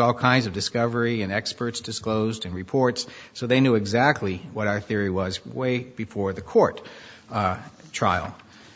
all kinds of discovery and experts disclosed in reports so they knew exactly what our theory was way before the court trial